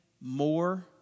more